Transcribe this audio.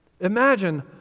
Imagine